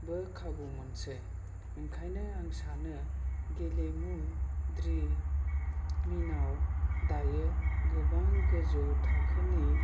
बो खाबु मोनसै ओंखायनो आं सानो गेलेमु दारिमिनाव दायो गोबां गोजौ थाखोनि